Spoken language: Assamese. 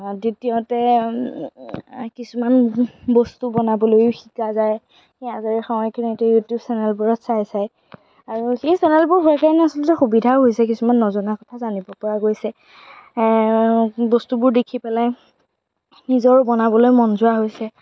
দ্বিতীয়তে কিছুমান বস্তু বনাবলৈয়ো শিকা যায় এই আজৰি সময়খিনিত ইউটিউববোৰত চাই চাই আৰু সেই চেনেলবোৰ হোৱাতো আচলতে সুবিধাও হৈছে কিছুমান নজনা কথা জানিব পৰা গৈছে বস্তুবোৰ দেখি পেলাই নিজৰ বনাবলৈ মন যোৱা হৈছে